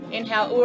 Inhale